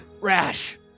Rash